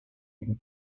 free